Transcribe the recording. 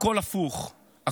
הכול הפוך.